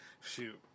shoot